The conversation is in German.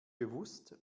bewusst